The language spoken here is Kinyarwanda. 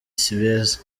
sibeza